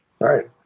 right